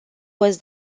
was